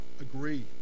agree